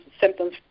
symptoms